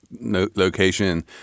location